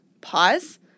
pause